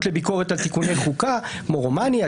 לביקורת על תיקוני חוקה כמו רומנייה,